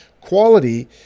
quality